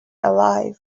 alive